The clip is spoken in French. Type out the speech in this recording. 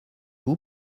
vous